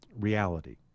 reality